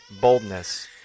boldness